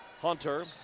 Hunter